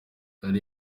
hari